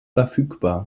verfügbar